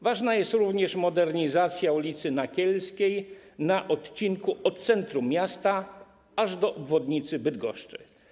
Ważna jest również modernizacja ul. Nakielskiej na odcinku od centrum miasta aż do obwodnicy Bydgoszczy.